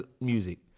music